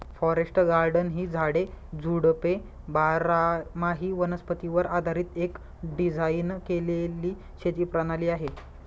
forest garden ही झाडे, झुडपे बारामाही वनस्पतीवर आधारीत एक डिझाइन केलेली शेती प्रणाली आहे